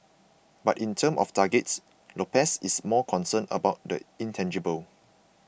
but in terms of targets Lopez is more concerned about the intangible